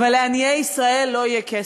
ועניי ישראל לא יהיה כסף.